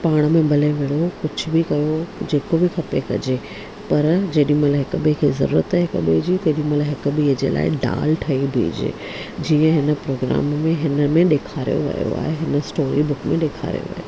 पाण में भले विड़हो कुझु बि कयो जेको बि खपे कॼे पर जेॾीमहिल हिकु ॿिए खे ज़रुरत पवे थी तेॾीमहिल हिकु ॿिए जे लाइ ढाल ठही ॿीहजे जीअं हिन प्रोग्राम में हिन में ॾेखारियो वियो आहे हिन स्टोरी बुक में ॾेखारोयो वियो आहे